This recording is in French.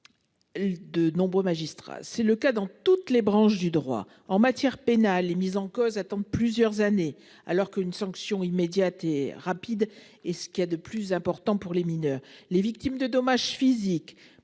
De nombreux magistrats. C'est le cas dans toutes les branches du droit en matière pénale est mise en cause attendent plusieurs années alors qu'une sanction immédiate et rapide et ce qu'il a de plus important pour les mineurs, les victimes de dommages physiques